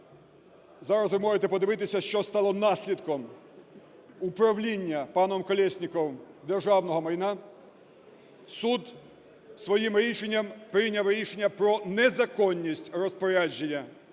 (зараз ви можете подивитися, що стало наслідком управління паном Колєсніковим державного майна), суд своїм рішенням прийняв рішення про незаконність розпорядження